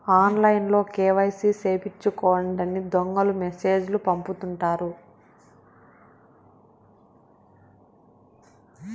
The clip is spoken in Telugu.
ఆన్లైన్లో కేవైసీ సేపిచ్చుకోండని దొంగలు మెసేజ్ లు పంపుతుంటారు